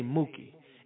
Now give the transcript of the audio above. Mookie